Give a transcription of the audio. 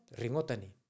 ringotani